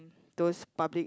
those public